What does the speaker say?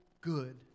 good